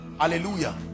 Hallelujah